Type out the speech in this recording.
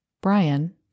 Brian